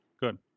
good